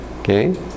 Okay